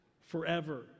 forever